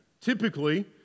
typically